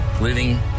living